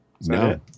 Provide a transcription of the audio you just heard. No